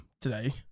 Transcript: today